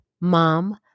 mom